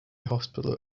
hospital